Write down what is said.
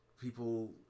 people